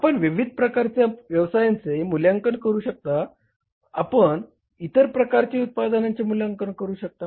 आपण विविध प्रकारच्या व्यवसायांचे मूल्यांकन करू शकता आपण इतर प्रकारचे उत्पनाचे मूल्यांकन करू शकता